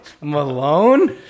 Malone